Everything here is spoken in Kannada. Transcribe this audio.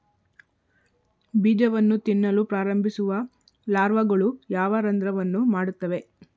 ಬೀಜವನ್ನು ತಿನ್ನಲು ಪ್ರಾರಂಭಿಸುವ ಲಾರ್ವಾಗಳು ಯಾವ ರಂಧ್ರವನ್ನು ಮಾಡುತ್ತವೆ?